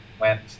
went